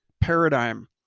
paradigm